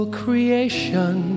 creation